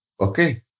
Okay